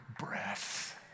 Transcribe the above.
breath